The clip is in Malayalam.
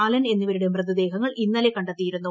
അലൻ എന്നിവരുടെ മൃതദേഹങ്ങൾ ഇന്നലെ കണ്ടെത്തിയിരുന്നു